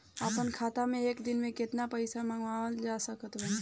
अपना खाता मे एक दिन मे केतना पईसा मँगवा सकत बानी?